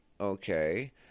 okay